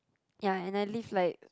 ya and I leave like